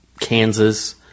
Kansas